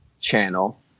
channel